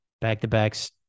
back-to-backs